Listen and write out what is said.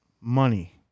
Money